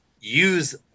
use